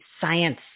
science